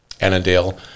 Annandale